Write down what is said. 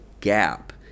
gap